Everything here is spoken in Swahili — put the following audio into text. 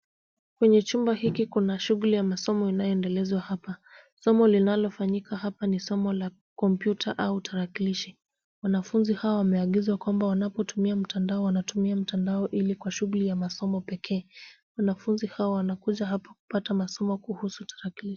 Kwenye chumba hiki kuna shughuli ya masomo inayoendelezwa hapa. Somo linalofanyika hapa ni somo la kompyuta au tarakilishi. Wanafunzi hawa wameagizwa kwamba wanapotumia mtandao wanatumia mtandao ili kwa shughuli ya masomo pekee. Wanafunzi hawa wanakuja hapa ili kupata masomo kuhusu tarakilishi.